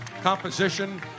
composition